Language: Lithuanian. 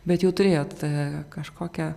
bet jau turėjot kažkokią